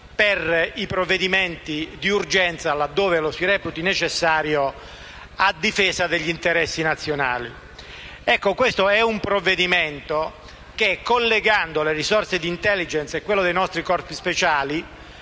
per i provvedimenti di urgenza, laddove lo si reputi necessario, a difesa degli interessi nazionali. Questo è un provvedimento che collegando le risorse di *intelligence* a quelle dei nostri corpi speciali